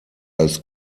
als